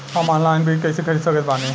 हम ऑनलाइन बीज कइसे खरीद सकत बानी?